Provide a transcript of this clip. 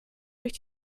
durch